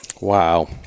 wow